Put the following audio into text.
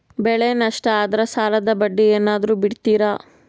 ಬೆಳೆ ನಷ್ಟ ಆದ್ರ ಸಾಲದ ಬಡ್ಡಿ ಏನಾದ್ರು ಬಿಡ್ತಿರಾ?